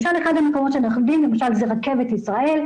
למשל אחד המקומות שאנחנו יודעים זה רכבת ישראל,